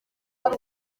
ari